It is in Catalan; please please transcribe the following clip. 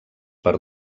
per